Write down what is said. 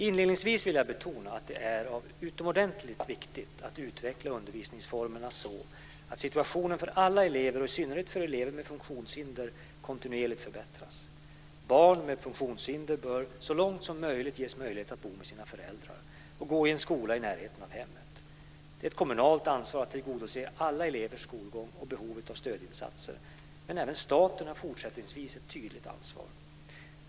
Inledningsvis vill jag betona att det är utomordentligt viktigt att utveckla undervisningsformerna så att situationen för alla elever, och i synnerhet för elever med funktionshinder, kontinuerligt förbättras. Barn med funktionshinder bör så långt möjligt ges möjlighet att bo med sina föräldrar och gå i en skola i närheten av hemmet. Det är ett kommunalt ansvar att tillgodose alla elevers skolgång och behov av stödinsatser, men även staten har fortsättningsvis ett tydligt ansvar.